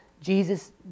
Jesus